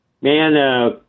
man